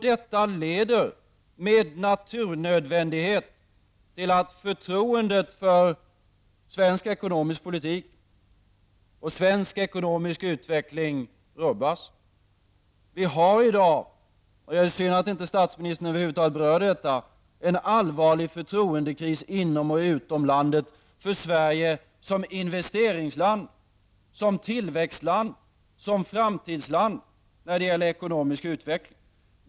Detta leder med naturnödvändighet till att förtroendet för svensk ekonomisk politik och svensk ekonomisk utveckling rubbas. Det var synd att statsministern överhuvud taget inte berörde detta, men det finns i dag en allvarlig förtroendekris inom och utom landet när det gäller Sverige som investeringsland, som tillväxtland och som framtidsland i fråga om ekonomisk utveckling.